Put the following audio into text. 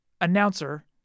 announcer